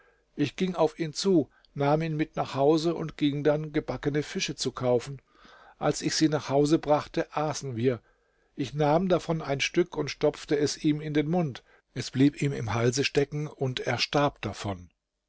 ich ging auf ihn zu nahm ihn mit nach hause und ging dann gebackene fische zu kaufen als ich sie nach hause brachte aßen wir ich nahm davon ein stück und stopfte es ihm in den mund es blieb ihm im halse stecken und er starb davon